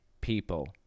people